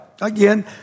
again